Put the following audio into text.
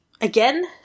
again